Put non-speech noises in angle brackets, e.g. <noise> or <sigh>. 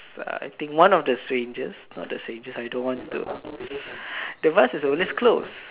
uh I think one of the strangest not the strangest I don't want to <breath> the vase is always closed